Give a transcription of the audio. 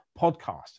podcast